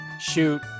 shoot